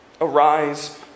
Arise